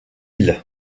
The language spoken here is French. ils